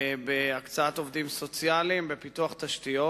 בהקצאת עובדים סוציאליים ובפיתוח תשתיות.